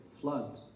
flood